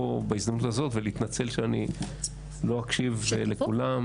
בהזדמנות הזאת ולהתנצל שאני לא אקשיב לכולם.